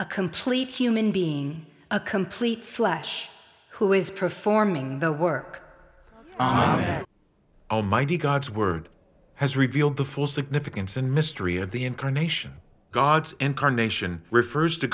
a complete human being a complete flesh who is performing the work that almighty god's word has revealed the full significance and mystery of the incarnation god incarnation refers to